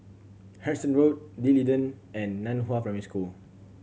Harrison Road D'Leedon and Nan Hua Primary School